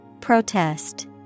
Protest